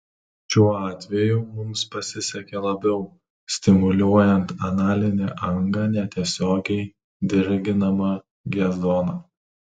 šiuo atveju mums pasisekė labiau stimuliuojant analinę angą netiesiogiai dirginama g zona